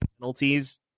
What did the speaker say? penalties